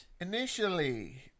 initially